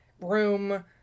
room